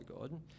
God